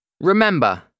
Remember